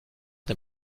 des